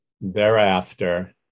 Thereafter